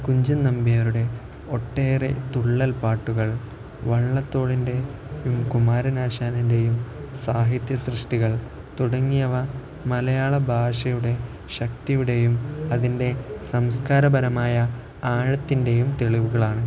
കുഞ്ചന് നമ്പ്യാരുടെ ഒട്ടേറെ തുള്ളൽ പാട്ടുകൾ വള്ളത്തോളിൻ്റെയും കുമാരനാശാൻ്റെയും സാഹിത്യസൃഷ്ടികൾ തുടങ്ങിയവ മലയാള ഭാഷയുടെ ശക്തിയുടെയും അതിൻ്റെ സംസ്കാരപരമായ ആഴത്തിൻ്റെയും തെളിവുകളാണ്